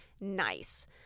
nice